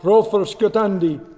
hrolfr skjotandi,